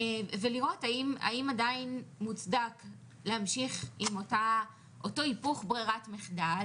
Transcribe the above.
ולראות האם עדיין מוצדק להמשיך עם אותו היפוך בררת מחדל,